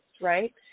right